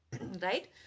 right